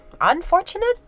unfortunate